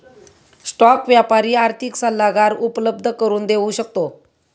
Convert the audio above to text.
stock व्यापारी आर्थिक सल्लागार उपलब्ध करून देऊ शकतो